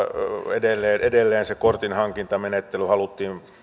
edelleen edelleen se kortin hankintamenettely haluttiin